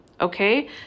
Okay